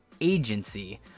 agency